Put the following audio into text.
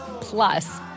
plus